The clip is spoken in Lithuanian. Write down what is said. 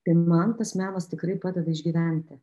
tai man tas menas tikrai padeda išgyventi